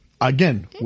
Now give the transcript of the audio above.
Again